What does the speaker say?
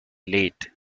late